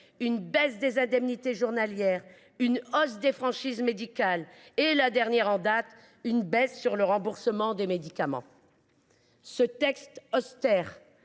une réduction des indemnités journalières, une hausse des franchises médicales et – dernière en date – une diminution du remboursement des médicaments. Ce texte austère